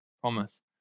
promise